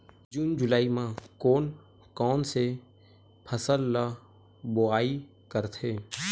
जून जुलाई म कोन कौन से फसल ल बोआई करथे?